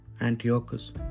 Antiochus